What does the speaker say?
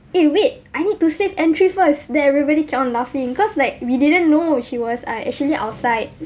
eh wait I need to save entry first then everybody kept on laughing cause like we didn't know she was uh actually outside